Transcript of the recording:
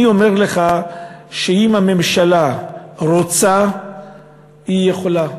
אני אומר לך שאם הממשלה רוצה היא יכולה.